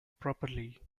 properly